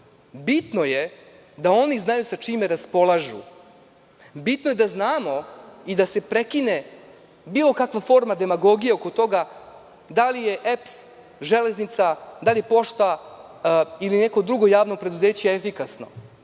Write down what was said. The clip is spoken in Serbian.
bitno je da oni znaju sa čime raspolažu. Bitno je da znamo i da se prekine bilo kakva forma, demagogija oko toga da li je EPS, „Železnica“, da li je „Pošta“ ili neko drugo javno preduzeće efikasno.